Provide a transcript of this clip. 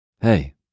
Hey